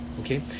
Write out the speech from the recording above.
okay